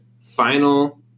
final